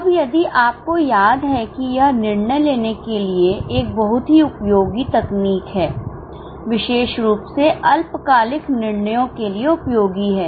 अब यदि आपको याद है कि यह निर्णय लेने के लिए एक बहुत ही उपयोगी तकनीक है विशेष रूप से अल्पकालिक निर्णयों के लिए उपयोगी है